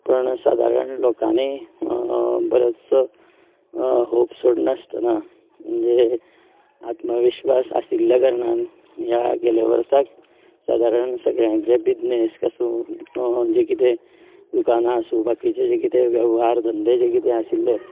पण सादारण लोकांनी बरेंच होप सोडनासतना म्हणजे आत्मविश्वास आशिल्ल्या कारणान ह्या गेलें वर्साक सादारण सगल्यांक जो बिजनेस आसूं जे कितें दुकांनां आसूं बाकिचे कितें वेव्हार धंदे जे कितें आशिल्ले